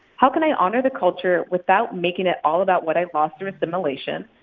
how can i honor the culture without making it all about what i've lost through assimilation?